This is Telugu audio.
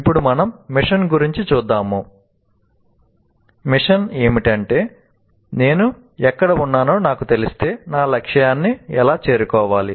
అప్పుడు మిషన్ ఏమిటంటే నేను ఎక్కడ ఉన్నానో నాకు తెలిస్తే నా లక్ష్యాన్ని ఎలా చేరుకోవాలి